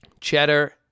cheddar